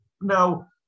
Now